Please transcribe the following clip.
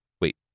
wait